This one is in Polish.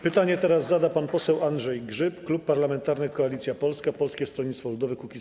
Pytanie zada pan poseł Andrzej Grzyb, Klub Parlamentarny Koalicja Polska - Polskie Stronnictwo Ludowe - Kukiz15.